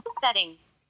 Settings